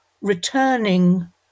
returning